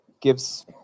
gives